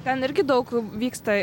ten irgi daug vyksta